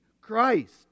Christ